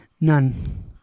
None